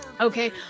Okay